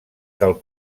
del